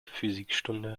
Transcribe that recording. physikstunde